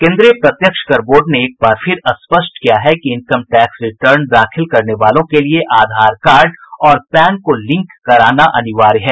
केंद्रीय प्रत्यक्ष कर बोर्ड ने एक बार फिर स्पष्ट किया है कि इनकम टैक्स रिटर्न दाखिल करने वालों के लिये आधार कार्ड और पैन को लिंक कराना अनिवार्य है